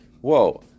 whoa